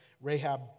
Rahab